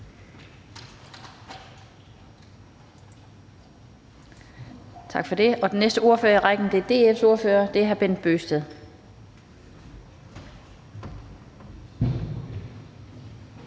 Tak for det. Og den næste ordfører i rækken er DF's ordfører, hr. Bent Bøgsted.